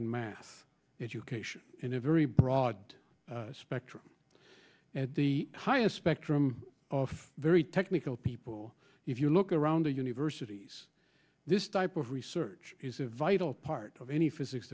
and math education in a very broad spectrum at the highest spectrum of very technical people if you look around the universities this type of research is a vital part of any physics